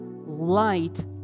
light